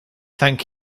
thank